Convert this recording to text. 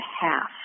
half